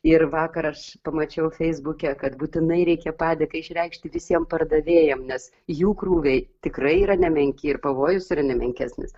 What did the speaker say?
ir vakar aš pamačiau feisbuke kad būtinai reikia padėką išreikšti visiem pardavėjam nes jų krūviai tikrai yra nemenki ir pavojus yra nemenkesnis